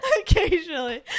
occasionally